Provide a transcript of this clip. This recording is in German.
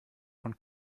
von